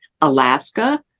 Alaska